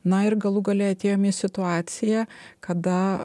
na ir galų gale atėjom į situaciją kada